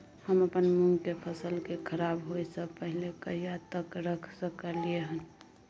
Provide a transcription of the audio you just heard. हम अपन मूंग के फसल के खराब होय स पहिले कहिया तक रख सकलिए हन?